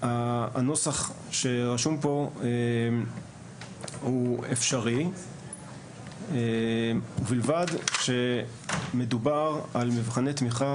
הנוסח שרשום פה הוא אפשרי ובלבד שמדובר על מבחני תמיכה